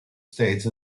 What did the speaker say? stage